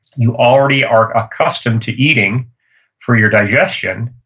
you already are accustomed to eating for your digestion,